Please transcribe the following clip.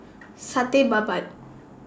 Satay Babat